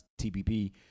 TPP